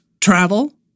Travel